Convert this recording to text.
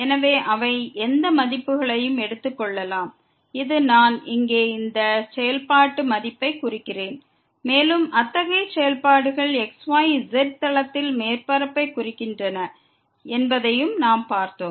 எனவே அவை எந்த மதிப்புகளையும் எடுத்துக் கொள்ளலாம் நான் இங்கே இந்த செயல்பாட்டு மதிப்பைக் குறிக்கிறேன் மேலும் அத்தகைய செயல்பாடுகள் xyz தளத்தில் மேற்பரப்பைக் குறிக்கின்றன என்பதையும் நாம் பார்த்தோம்